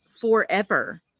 Forever